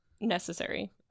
necessary